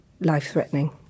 life-threatening